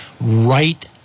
right